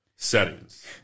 Settings